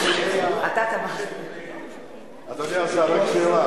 אדוני השר,